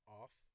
off